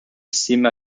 sima